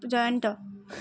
Jayanta